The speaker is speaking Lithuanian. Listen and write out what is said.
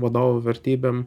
vadovų vertybėm